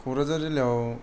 कक्राझार जिल्लायाव